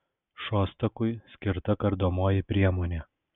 šostakui skirta kardomoji priemonė